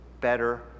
better